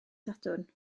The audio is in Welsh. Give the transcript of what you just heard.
sadwrn